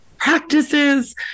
practices